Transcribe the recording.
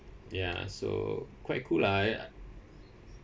ya so quite cool lah I